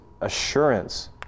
assurance